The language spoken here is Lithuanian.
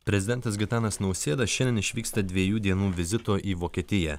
prezidentas gitanas nausėda šiandien išvyksta dviejų dienų vizito į vokietiją